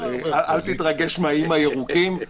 אז אל תתרגש מהאיים הירוקים.